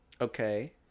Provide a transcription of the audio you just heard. Okay